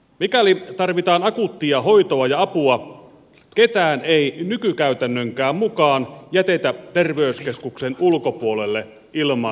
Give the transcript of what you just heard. mikäli tarvitaan akuuttia hoitoa ja apua ketään ei nykykäytännönkään mukaan jätetä terveyskeskuksen ulkopuolelle ilman hoitoa